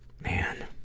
Man